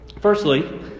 Firstly